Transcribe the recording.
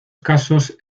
casos